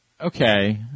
Okay